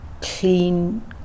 clean